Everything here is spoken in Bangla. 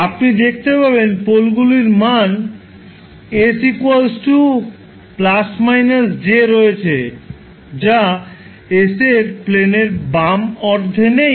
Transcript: আপনি দেখতে পাবেন পোলগুলির মান s ± j রয়েছে যা s এর প্লেনের বাম অর্ধে নেই